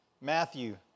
Matthew